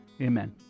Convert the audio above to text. Amen